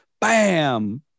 bam